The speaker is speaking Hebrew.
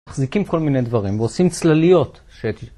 מחזיקים כל מיני דברים ועושים צלליות ש...